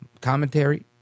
Commentary